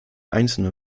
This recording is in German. einzelne